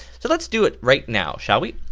so lets do it right now, shall we?